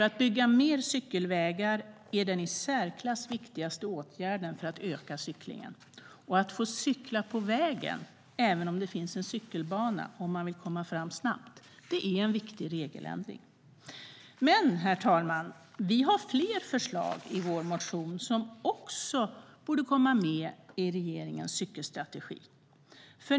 Att bygga fler cykelvägar är den i särklass viktigaste åtgärden för att öka cyklingen, och att få cykla på vägen även om det finns en cykelbana om man vill komma fram snabbt är en viktig regeländring. Herr talman! Vi har dock fler förslag i vår motion som också borde komma med i regeringens cykelstrategi.